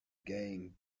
gang